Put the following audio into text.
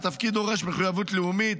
התפקיד דורש מחויבות לאומית,